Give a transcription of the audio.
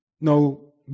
No